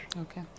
Okay